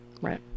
Right